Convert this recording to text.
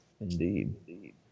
Indeed